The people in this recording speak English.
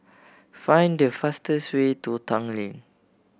find the fastest way to Tanglin